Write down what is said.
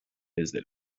desde